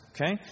Okay